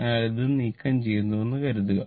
അതിനാൽ ഇത് നീക്കംചെയ്യുന്നുവെന്ന് കരുതുക